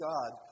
God